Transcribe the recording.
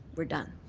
we're done.